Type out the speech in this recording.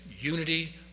unity